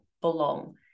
belong